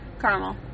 Caramel